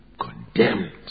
condemned